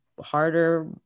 harder